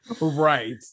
right